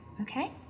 okay